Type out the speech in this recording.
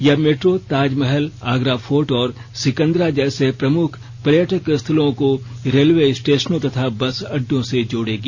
यह metro Taj Mahal Agra fort और सिकन्दरा जैसे प्रमुख पर्यटक स्थलों को रेलवे स्टेशनों तथा बस अड्डों से जोड़ेगी